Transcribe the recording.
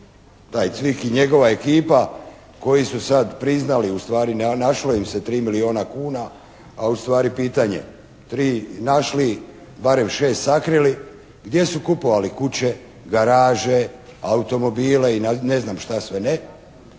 taj Cvik i njegova ekipa koji su sad priznali, ustvari našlo im se 3 milijuna kuna, a ustvari pitanje, 3 našli, barem šest sakrili, gdje su kupovali kuće, garaže, automobile i ne znam šta sve ne.